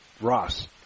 Ross